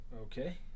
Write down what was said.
Okay